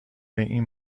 این